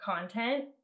content